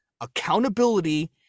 accountability